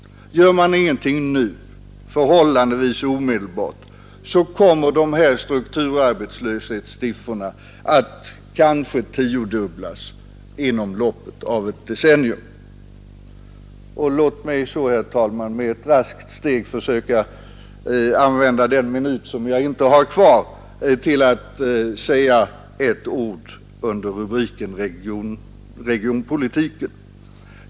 Gör man ingenting förhållandevis omedelbart kommer strukturarbetslöshetssiffrorna att kanske tiodubblas inom loppet av ett decennium. Låt mig så, herr talman, använda den minut som jag inte har kvar till att säga några ord om regionalpolitiken.